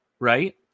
Right